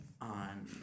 on